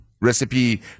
recipe